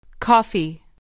Coffee